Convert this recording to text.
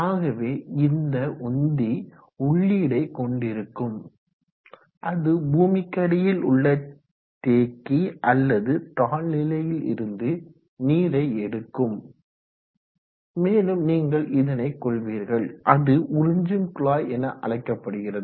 ஆகவே இந்த உந்தி உள்ளீடை கொண்டிருக்கும் அது பூமிக்கடியில் உள்ள தேக்கி அல்லது தாழ்நிலையில் இருந்து நீரை எடுக்கும் மேலும் நீங்கள் இதனை கொள்வீர்கள் அது உறிஞ்சும் குழாய் என அழைக்கப்படுகிறது